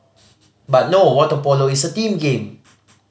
but no water polo is a team game